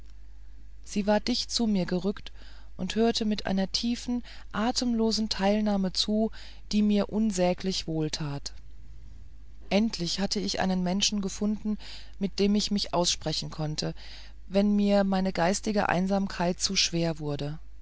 sie war dicht zu mir gerückt und hörte mit einer tiefen atemlosen teilnahme zu die mir unsäglich wohl tat endlich hatte ich einen menschen gefunden mit dem ich mich aussprechen konnte wenn mir meine geistige einsamkeit zu schwer wurde